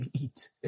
eat